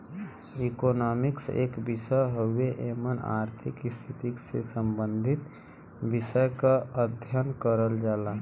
economics एक विषय हउवे एमन आर्थिक स्थिति से सम्बंधित विषय क अध्ययन करल जाला